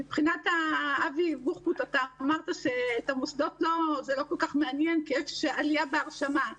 אבי בוחבוט אמר שאת המוסדות זה לא כל כך מעניין כי יש עלייה בהרשמה.